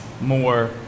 more